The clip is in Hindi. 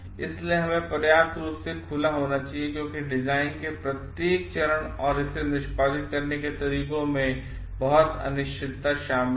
इसलिए हमें पर्याप्त रूप से खुला होना चाहिए क्योंकि डिजाइन के प्रत्येक चरण और इसे निष्पादित करने के तरीकों में बहुत अनिश्चितता शामिल है